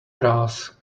brass